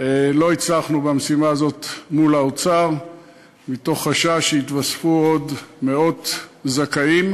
לא הצלחנו במשימה הזאת מול האוצר מתוך חשש שיתווספו עוד מאות זכאים.